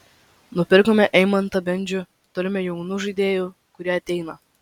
nupirkome eimantą bendžių turime jaunų žaidėjų kurie ateina